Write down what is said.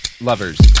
lovers